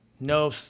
No